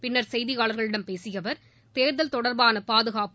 பின்னர் செய்தியாளர்களிடம் பேசிய அவர் தேர்தல் தொடர்பாள பாதுகாப்பு